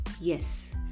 Yes